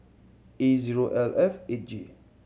A zero L F eight J